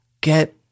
get